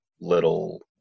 little